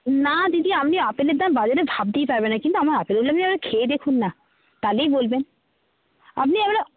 না দিদি আপনি আপেলের দাম বাজারে ভাবতেই পারবেন না কিন্তু আমার আপেলগুলো খেয়ে দেখুন না তাহলেই বলবেন আপনি এগুলো